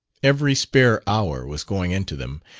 every spare hour was going into them,